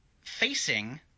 facing